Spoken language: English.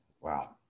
Wow